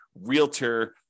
realtor